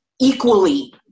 equally